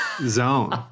zone